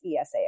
ESA